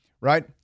right